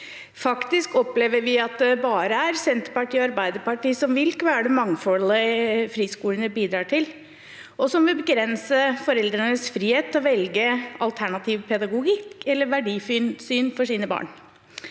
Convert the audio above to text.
Faktisk opplever vi at det bare er Senterpartiet og Arbeiderpartiet som vil kvele mangfoldet friskolene bidrar til, og som vil begrense foreldrenes frihet til å velge alternativ pedagogikk eller verdisyn for sine barn.